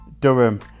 Durham